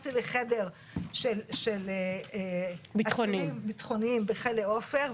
שנכנסתי לחדר של אסירים ביטחוניים בכלא עופר,